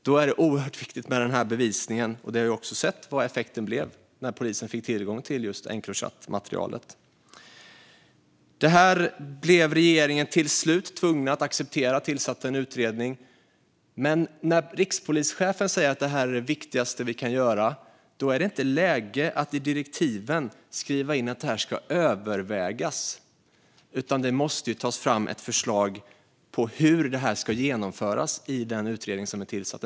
Då är det oerhört viktigt med den här bevisningen, och vi har också sett vad effekten blev när polisen fick tillgång till Encrochatmaterialet. Detta blev regeringen till slut tvungen att acceptera, och man tillsatte en utredning. Men när rikspolischefen säger att det här är det viktigaste vi kan göra är det inte läge att skriva in i direktiven att detta ska övervägas, utan det måste tas fram ett förslag på hur det här ska genomföras i den utredning som är tillsatt.